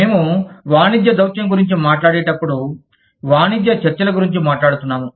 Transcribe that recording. మేము వాణిజ్య దౌత్యం గురించి మాట్లాడేటప్పుడు వాణిజ్య చర్చల గురించి మాట్లాడుతున్నాము